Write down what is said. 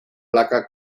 placa